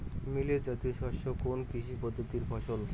Millet জাতীয় শস্য কোন কৃষি পদ্ধতির ফসল?